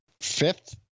fifth